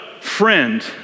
Friend